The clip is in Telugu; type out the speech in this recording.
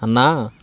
అన్నా